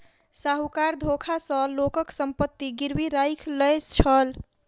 साहूकार धोखा सॅ लोकक संपत्ति गिरवी राइख लय छल